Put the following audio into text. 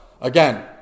again